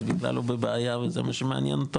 אז בכלל הוא בבעיה וזה מה שמעניין אותו